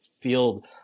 field